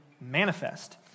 manifest